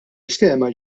iskema